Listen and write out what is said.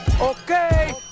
Okay